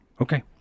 Okay